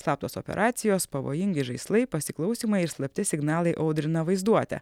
slaptos operacijos pavojingi žaislai pasiklausymai ir slapti signalai audrina vaizduotę